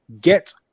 get